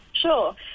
Sure